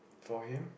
for him